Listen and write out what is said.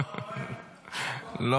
אתה לא נואם?